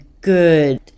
good